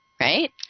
right